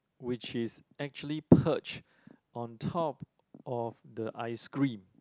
which is actually perched on top of the ice cream